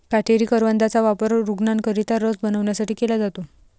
काटेरी करवंदाचा वापर रूग्णांकरिता रस बनवण्यासाठी केला जातो